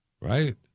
right